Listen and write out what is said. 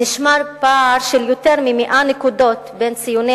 נשמר פער של יותר מ-100 נקודות בציוני